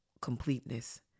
completeness